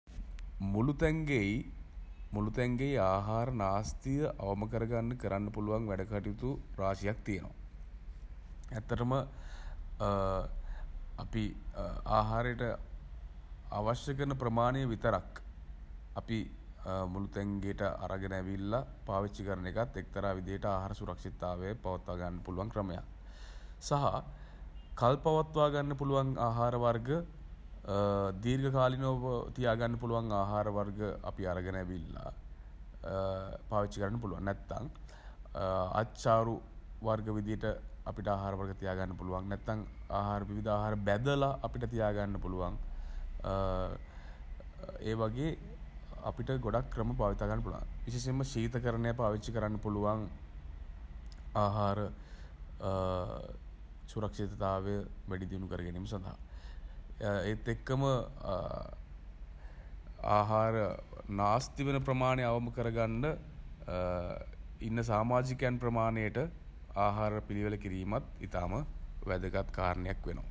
මුළුතැන්ගෙයි ආහාර නාස්තිය අවම කරගන්න කරන්න පුළුවන් වැඩ කටයුතු රාශියක් තියෙනවා. ඇත්තටම අපි ආහාරයට අවශ්‍ය කරන ප්‍රමාණය විතරක් අපි මුළුතැන් ගෙට අරගෙන ඇවිල්ල පාවිච්චි කරන එකත් එක්තරා විදිහට ආහාර සුරක්ෂිතතාව පවත්වා ගන්න පුළුවන් ක්‍රමයක්. සහ කල් පවත්වා ගන්න පුළුවන් ආහාර වර්ග දීර්ඝකාලීනව තියාගන්න පුළුවන් ආහාර වර්ග අපි අරගෙන ඇවිල්ලා පාවිච්චි කරන්න පුළුවන්. නැත්නම් අච්චාරු වර්ග විදියට අපිට ආහාරවල තියාගන්න පුළුවන්. නැත්තං ආහාර විවිධ ආහාර බැඳලා අපිට තියාගන්න පුළුවන් ඒ වගේ අපිට ගොඩක් ක්‍රම භාවිතා කරන්න පුළුවන්. විශේෂෙන්ම ශීතකරණය පාවිච්චි කරන්න පුළුවන් ආහාර සුරක්ෂිතතාවය වැඩිදියුණු කරගැනීම සඳහා. ඒත් එක්කම ආහාර නාස්ති වන ප්‍රමාණය අවම කර ගන්න ඉන්න සාමාජිකයන් ප්‍රමාණයට ආහාර පිළියෙල කිරීමත් ඉතාම වැදගත් කාරණයක් වෙනවා.